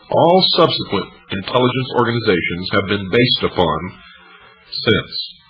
all subsequent intelligence organizations had been based upon since.